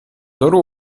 loro